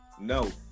No